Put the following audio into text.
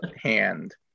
hand